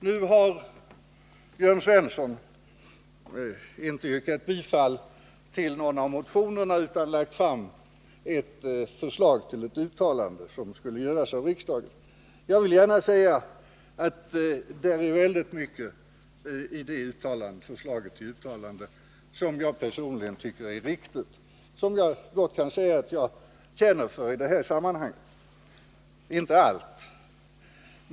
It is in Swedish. Nu har Jörn Svensson inte yrkat bifall till någon av motionerna utan lagt fram ett förslag till uttalande som skulle göras av riksdagen. Jag vill gärna säga att det är mycket i det förslaget till uttalande som jag personligen tycker är riktigt och som jag gott kan säga att jag känner för. Det gäller dock inte allt.